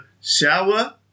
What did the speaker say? shower